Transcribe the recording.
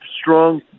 strong